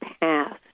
past